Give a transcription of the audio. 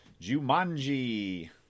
Jumanji